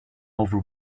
over